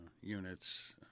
units